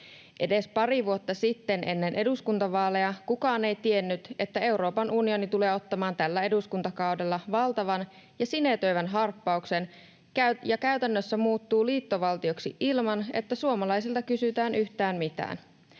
Edes pari vuotta sitten ennen eduskuntavaaleja kukaan ei tiennyt, että Euroopan unioni tulee ottamaan tällä eduskuntakaudella valtavan ja sinetöivän harppauksen ja käytännössä muuttuu liittovaltioksi ilman, että suomalaisilta kysytään yhtään mitään.